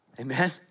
Amen